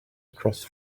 across